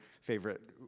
favorite